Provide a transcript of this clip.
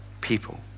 people